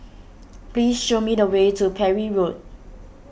please show me the way to Parry Road